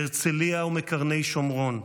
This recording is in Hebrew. מהרצליה ומקרני שומרון,